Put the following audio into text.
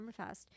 Summerfest